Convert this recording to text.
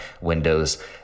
windows